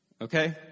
Okay